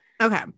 Okay